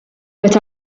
but